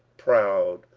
proud,